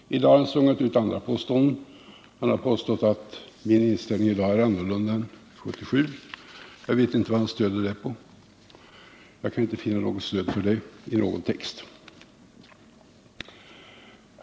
I dag har han slungat ut andra påståenden. Han har påstått att min inställning i dag är en annan än 1977. Jag vet inte vad han stöder det på. Jag kan inte finna något stöd för det i någon text.